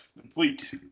complete